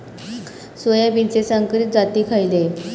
सोयाबीनचे संकरित जाती खयले?